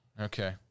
Okay